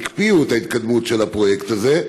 הקפיאו את ההתקדמות של הפרויקט הזה,